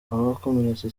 abakomeretse